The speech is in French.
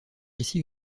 ici